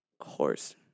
Horse